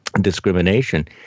discrimination